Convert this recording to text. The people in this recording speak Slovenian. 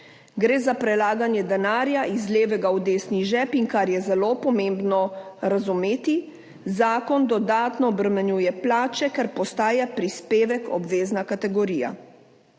Gre za prelaganje denarja iz levega v desni žep in, kar je zelo pomembno razumeti, zakon dodatno obremenjuje plače, ker postaja prispevek obvezna kategorija.